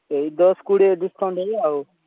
ଏଇ ଦଶ କୋଡ଼ିଏ ଡିସ୍କାଉଣ୍ଟ୍ ଦେବି ଆଉ